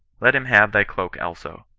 let him have thy cloak also.